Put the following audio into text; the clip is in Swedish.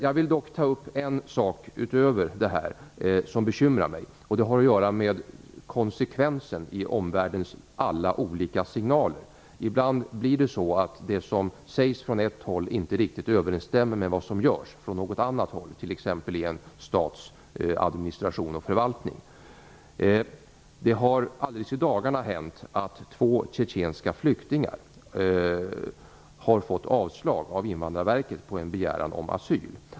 Jag vill också ta upp en annan sak som bekymrar mig. Det har att göra med konsekvensen i omvärldens alla olika signaler. Ibland överensstämmer det som sägs från ett håll inte riktigt med vad som görs från något annat håll, t.ex. i en stats administration och förvaltning. Det har alldeles i dagarna hänt att två tjetjenska flyktingar har fått avslag av Invandrarverket på en begäran om asyl.